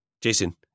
Jason